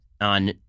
on